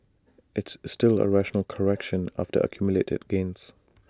it's still A rational correction after accumulated gains